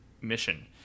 mission